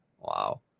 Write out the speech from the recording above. Wow